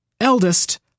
eldest